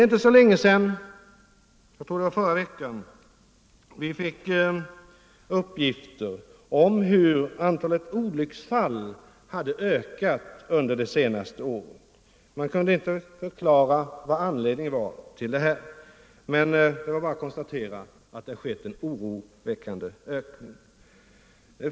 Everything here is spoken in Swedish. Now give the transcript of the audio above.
För inte så länge sedan —- jag tror det var förra veckan — fick vi uppgifter om att antalet olycksfall under det senaste året ökat. Man kunde inte säga vad anledningen till detta var, man kunde bara konstatera att det skett en oroväckande ökning.